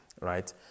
Right